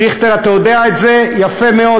דיכטר, אתה יודע את זה יפה מאוד.